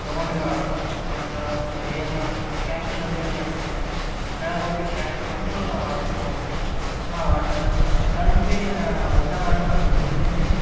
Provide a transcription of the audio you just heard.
ತಗೊಂಡಿರೊ order ಮತ್ತು ಏನು cash on delivery ಮಾಡಿದ್ದೀವಿ ನಾವು ಕೆಳಗೋಗಿ ಕ್ಯಾಶ್ ಕೊಟ್ಟು ಆರ್ಡ್ರ್ ತಗೊಂಡ್ವಿ ಆ ಆಡ್ರ್ನಾ ತಂದ್ವಿ ಊಟ ಮಾಡಕಂತ್ ಕೂತಿದ್ವಿ